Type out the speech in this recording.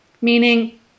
meaning